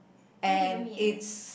what do you mean